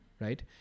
right